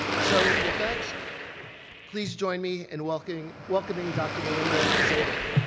so with that please join me in welcoming welcoming dr. melinda zeta.